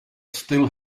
still